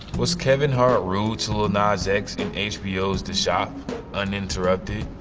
was kevin hart rude to lil nas x in hbo's the shop uninterrupted?